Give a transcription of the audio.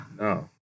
No